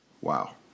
Wow